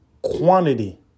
Quantity